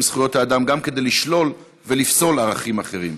זכויות האדם גם כדי לשלול ולפסול ערכים אחרים.